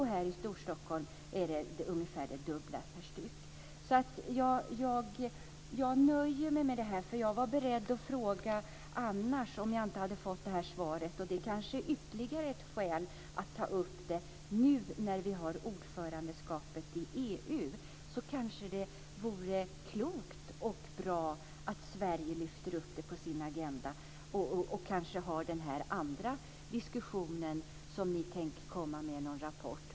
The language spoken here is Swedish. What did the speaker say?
Här i Storstockholm är priset ungefär det dubbla per styck. Jag nöjer mig med detta. Om jag inte hade fått detta svar var jag beredd att fråga en annan sak. Att vi nu innehar ordförandeskapet i EU är kanske ytterligare ett skäl att ta upp det. Det vore kanske klokt och bra om Sverige lyfte upp det på sin agenda och förde denna andra diskussion. Ni tänker komma med en rapport.